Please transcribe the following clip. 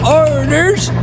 orders